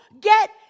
get